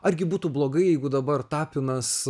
argi būtų blogai jeigu dabar tapinas